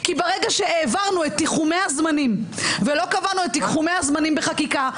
כי ברגע שהעברנו את תיחומי הזמנים ולא קבענו את תיחומי הזמנים בחקיקה,